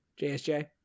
JSJ